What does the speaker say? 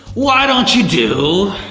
why don't you do